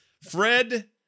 Fred